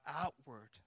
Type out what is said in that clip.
outward